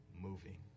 moving